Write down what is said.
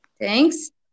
Thanks